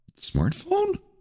Smartphone